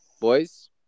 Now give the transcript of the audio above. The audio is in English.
boys